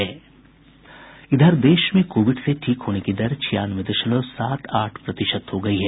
देश में कोविड से ठीक होने की दर छियानवे दशमलव सात आठ प्रतिशत हो गई है